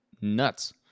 nuts